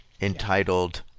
entitled